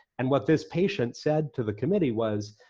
and what this patient said to the committee was,